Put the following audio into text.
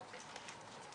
אתנו?